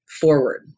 forward